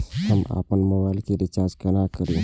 हम आपन मोबाइल के रिचार्ज केना करिए?